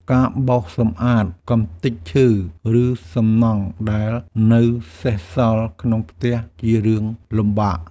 ការបោសសម្អាតកម្ទេចឈើ ឬសំណង់ដែលនៅសេសសល់ក្នុងផ្ទះ ជារឿងលំបាក។